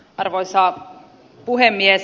arvoisa puhemies